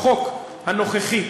החוק הנוכחי,